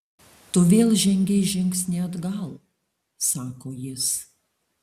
tu vėl žengei žingsnį atgal sako jis